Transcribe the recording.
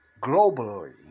globally